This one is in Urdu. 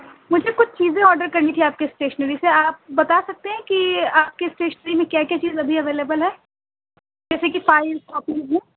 مجھے کچھ چیزیں آڈر کرنی تھیں آپ کی اسٹیشنری سے آپ بتا سکتے ہیں کہ آپ کے اسٹیشنری میں کیا کیا چیز ابھی اویلیبل ہے جیسے کہ فائیل کاپریز میں